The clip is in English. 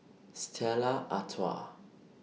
Stella Artois